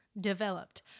developed